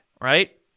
right